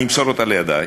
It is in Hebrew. אני אמסור אותה לידייך,